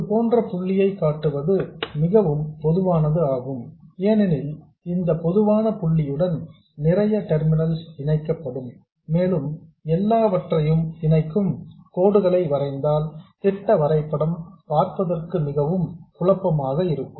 இதுபோன்ற புள்ளியை காட்டுவது மிகவும் பொதுவானது ஆகும் ஏனெனில் இந்த பொதுவான புள்ளியுடன் நிறைய டெர்மினல் இணைக்கப்படும் மேலும் எல்லாவற்றையும் இணைக்கும் கோடுகளை வரைந்தால் திட்ட வரைபடம் பார்ப்பதற்கு மிகவும் குழப்பமாக இருக்கும்